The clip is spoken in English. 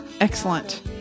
Excellent